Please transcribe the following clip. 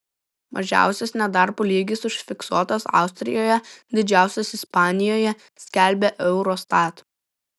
mažiausias nedarbo lygis užfiksuotas austrijoje didžiausias ispanijoje skelbia eurostat